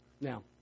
Now